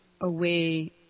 away